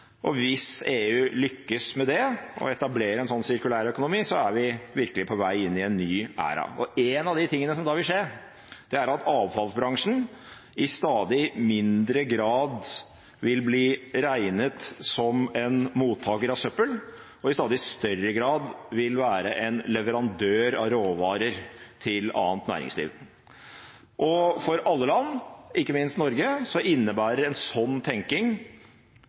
Hvis EU lykkes med å etablere en slik sirkulær økonomi, er vi virkelig på vei inn i en ny æra. Én av de tingene som da vil skje, er at avfallsbransjen i stadig mindre grad vil bli regnet som en mottaker av søppel, og i stadig større grad vil være en leverandør av råvarer til annet næringsliv. For alle land, ikke minst Norge, innebærer en sånn